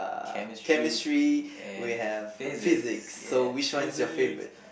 Chemistry and Physics yeah Physics